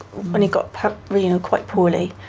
when he got quite poorly,